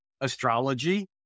astrology